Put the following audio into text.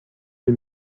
des